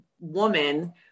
woman